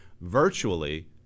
virtually